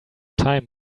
time